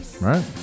right